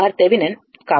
కాబట్టి ఇది 0